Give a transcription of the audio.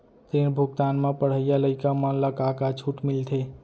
ऋण भुगतान म पढ़इया लइका मन ला का का छूट मिलथे?